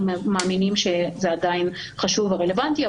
אנחנו מאמינים שזה עדיין חשוב ורלוונטי,